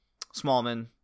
Smallman